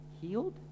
Healed